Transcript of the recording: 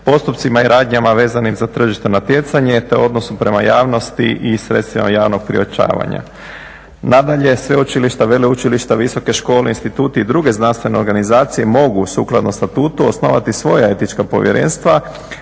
postupcima i radnjama vezanim za tržišno natjecanje te odnosu prema javnosti i sredstvima javnog priopćavanja. Nadalje, sveučilišta, veleučilišta, visoke škole, instituti i druge znanstvene organizacije mogu sukladno statutu osnovati svoja etička povjerenstva,